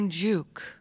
juke